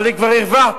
אני כבר הרווחתי,